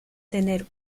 tener